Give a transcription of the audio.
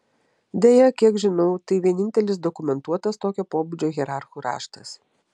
deja kiek žinau tai vienintelis dokumentuotas tokio pobūdžio hierarchų raštas